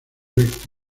recto